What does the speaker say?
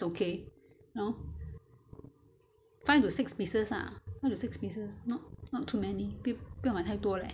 five to six pieces ah five to six pieces not not too many 不要不要买太多 leh